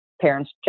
parents